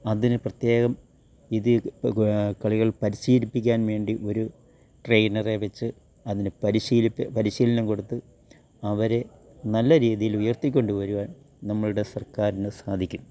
അതിന് പ്രത്യേകം ഇതി കളികൾ പരിശീലിപ്പിക്കാൻ വേണ്ടി ഒരു ട്രേയ്നറേ വെച്ച് അതിനു പരിശീലിപ് പരിശീലനം കൊടുത്ത് അവരേ നല്ല രീതിയിലുയർത്തിക്കൊണ്ടു വരുവാൻ നമ്മളുടെ സർക്കാരിന് സാധിക്കും